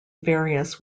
various